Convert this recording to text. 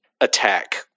attack